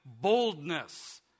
boldness